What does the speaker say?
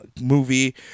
movie